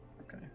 Okay